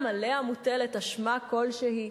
גם עליה מוטלת אשמה כלשהי.